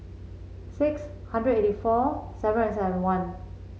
six hundred eighty four seven and seven one